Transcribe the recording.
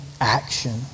action